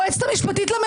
כדי שהאזרח,